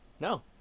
no